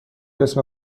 اسم